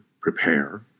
prepare